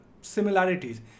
similarities